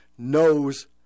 knows